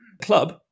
Club